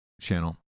channel